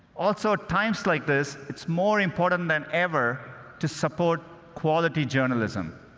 also, at times like this, it's more important than ever to support quality journalism.